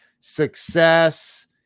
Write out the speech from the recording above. success